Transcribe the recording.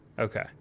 Okay